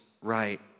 right